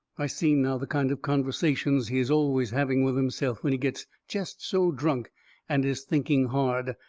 i seen now the kind of conversations he is always having with himself when he gets jest so drunk and is thinking hard.